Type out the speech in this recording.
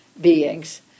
beings